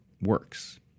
works